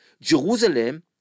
Jerusalem